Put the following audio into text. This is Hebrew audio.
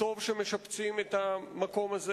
טוב שמשפצים את המקום הזה.